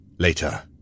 Later